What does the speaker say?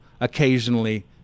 occasionally